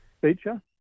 feature